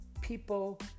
people